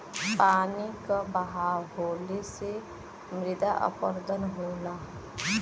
पानी क बहाव होले से मृदा अपरदन होला